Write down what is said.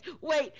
wait